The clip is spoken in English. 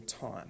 time